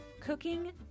cooking